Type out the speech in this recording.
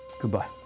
Goodbye